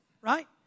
right